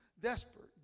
Desperate